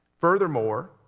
Furthermore